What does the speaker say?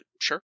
sure